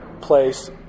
place